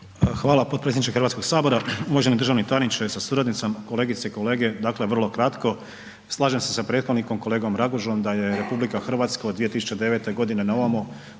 Hvala potpredsjedniče Hrvatskog sabora. Uvaženi državni tajniče sa suradnicom, kolegice i kolege, dakle vrlo kratko, slažem se sa prethodnikom kolegom Ragužom da je RH od 2009. godine naovamo učinila